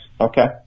Okay